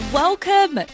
welcome